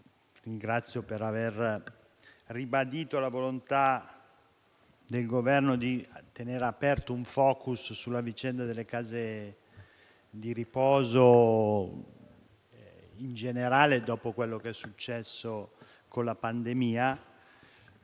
Governo per aver ribadito la volontà di tenere aperto un *focus* sulla vicenda delle case di riposo in generale dopo quello che è successo con la pandemia.